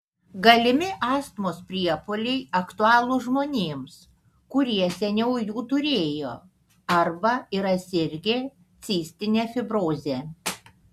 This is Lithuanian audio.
galimi astmos priepuoliai aktualūs žmonėms kurie seniau jų turėjo arba yra sirgę cistine fibroze